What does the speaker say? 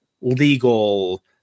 legal